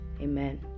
Amen